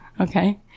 okay